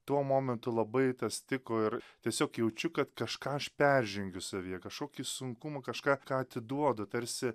tuo momentu labai tas tiko ir tiesiog jaučiu kad kažką aš peržengiu savyje kašokį sunkumą kažką ką atiduodu tarsi